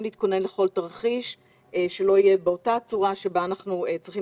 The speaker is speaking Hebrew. להתכונן לכל תרחיש באותה צורה שבה אנחנו צריכים